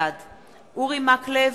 בעד אורי מקלב,